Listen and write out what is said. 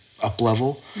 up-level